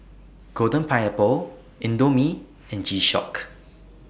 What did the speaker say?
Golden Pineapple Indomie and G Shock